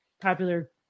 popular